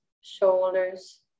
shoulders